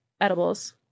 edibles